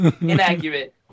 inaccurate